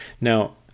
now